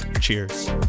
Cheers